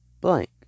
blank